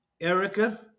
Erica